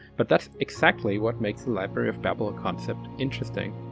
but that's exactly what makes the library of babel concept interesting.